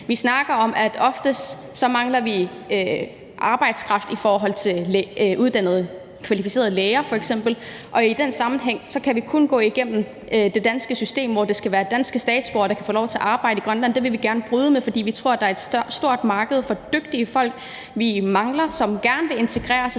Vi snakker om, at vi ofte mangler arbejdskraft, f.eks. uddannede og kvalificerede læger, og i den sammenhæng kan vi kun gå igennem det danske system, fordi det skal være danske statsborgere, der kan få lov til at arbejde i Grønland. Det vil vi gerne bryde med, fordi vi tror, at der er et stort marked for dygtige folk, vi mangler, som gerne vil integreres,